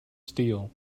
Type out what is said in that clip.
steel